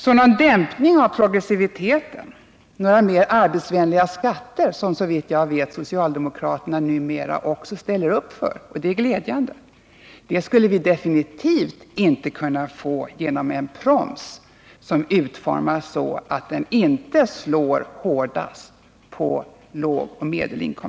Någon dämpning av progressiviteten, några mer arbetsvänliga skatter, som såvitt jag vet socialdemokraterna numera ställer upp för — och det är glädjande —skulle vi definitivt inte kunna få genom en proms som utformas enligt socialdemokratisk modell.